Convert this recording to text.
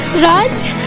raj